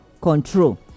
control